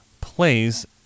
plays